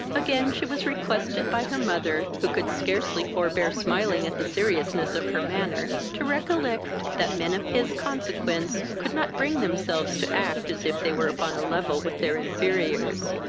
again she was requested by her mother, who could scarcely forbear smiling at the seriousness of her manner, to recollect that men of his consequence could not bring themselves to act as if they were upon a level with their inferiors.